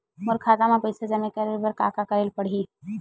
मोर खाता म पईसा जमा करे बर का का करे ल पड़हि?